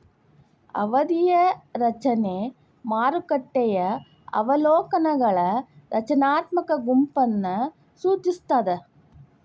ಅವಧಿಯ ರಚನೆ ಮಾರುಕಟ್ಟೆಯ ಅವಲೋಕನಗಳ ರಚನಾತ್ಮಕ ಗುಂಪನ್ನ ಸೂಚಿಸ್ತಾದ